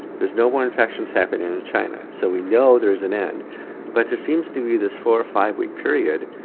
there's no more infections happening in china so we know there is an end but there seems to be this four or five week period,